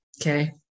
Okay